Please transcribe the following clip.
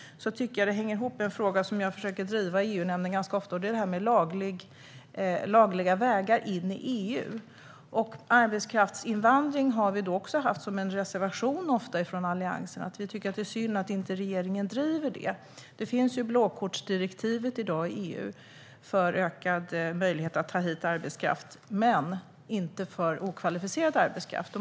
Jag tycker att det hänger ihop med en fråga som jag försöker driva i EU-nämnden ganska ofta. Det handlar om lagliga vägar in i EU. När det gäller arbetskraftsinvandring har vi också ofta haft en reservation från Alliansen. Vi tycker att det är synd att inte regeringen driver det. Det finns i dag ett blåkortsdirektiv i EU som ger ökad möjlighet att ta hit arbetskraft. Men det finns inte för okvalificerad arbetskraft.